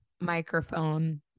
microphone